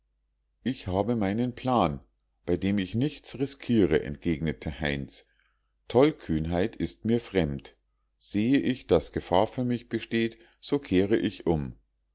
ich habe meinen plan bei dem ich nichts riskiere entgegnete heinz tollkühnheit ist mir fremd sehe ich daß gefahr für mich besteht so kehre ich um